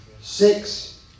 Six